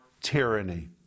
tyranny